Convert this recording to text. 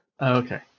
Okay